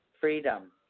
freedom